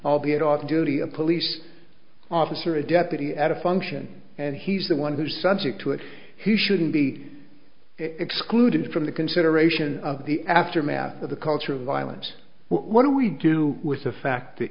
albeit off duty a police officer a deputy at a function and he's the one who subject to it he shouldn't be excluded from the consideration of the aftermath of the culture of violence what do we do with the fact that